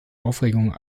aufregung